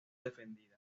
defendida